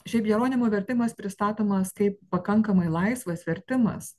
šiaip jeronimo vertimas pristatomas kaip pakankamai laisvas vertimas